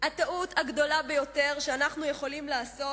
"הטעות הגדולה ביותר שאנחנו יכולים לעשות